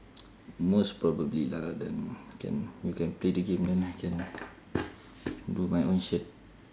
most probably lah then can you can play the game then I can do my own shit